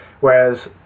Whereas